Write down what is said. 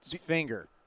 finger